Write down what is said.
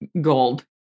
gold